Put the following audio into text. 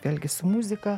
valgi su muzika